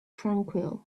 tranquil